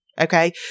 Okay